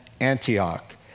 Antioch